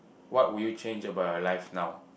what would you change about your life now